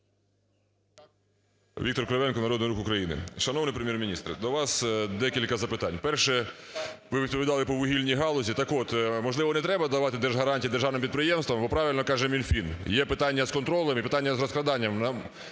Віктор Кривенко, Народний рух України. Шановний Прем'єр-міністре, до вас декілька запитань. Перше. Ви відповідали по вугільній галузі. Так от, можливо, не треба давати держгарантії державним підприємствам, бо правильно каже Мінфін, є питання з контролем і питання з розкраданням